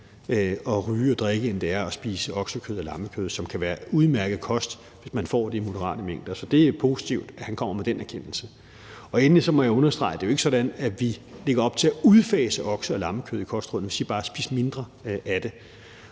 at ryge og drikke, end det er at spise oksekød og lammekød, som kan være udmærket kost, hvis man får det i moderate mængder. Så det er positivt, at han kommer med den erkendelse. Endelig må jeg understrege, at det jo ikke er sådan, at vi lægger op til at udfase okse- og lammekød i kostrådene. Vi siger bare: Spis mindre af det.